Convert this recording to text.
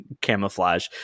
camouflage